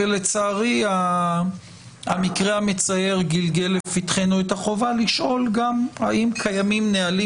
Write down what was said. לצערי המקרה המצער גלגל לפתחנו את החובה לשאול גם האם קיימים נהלים